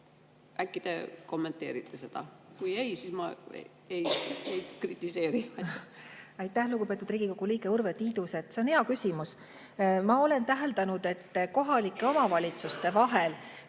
Äkki te kommenteerite seda. Kui ei, siis ma ei kritiseeri. Aitäh, lugupeetud Riigikogu liige Urve Tiidus! See on hea küsimus. Ma olen täheldanud, et kohalike omavalitsuste vahel